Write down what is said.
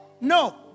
No